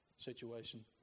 Situation